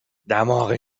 دماغ